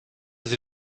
seht